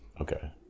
Okay